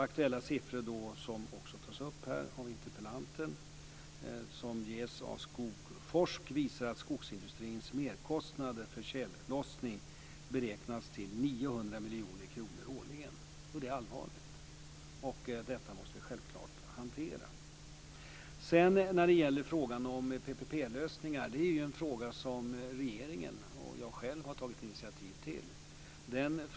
Aktuella siffror som också tas upp av interpellanten och som ges av Skogforsk visar att skogsindustrins merkostnader för tjällossning beräknas till 900 miljoner kronor årligen. Det är allvarligt, och detta måste vi självfallet hantera. Frågan om PPP-lösningar är en fråga som regeringen och jag själv har tagit initiativ till.